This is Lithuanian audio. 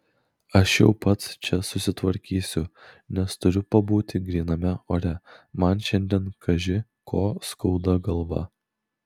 aš jau pats čia susitvarkysiu nes turiu pabūti gryname ore man šiandien kaži ko skauda galvą